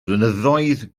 blynyddoedd